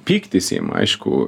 pyktis ima aišku